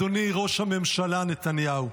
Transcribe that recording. אדוני ראש הממשלה נתניהו: